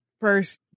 First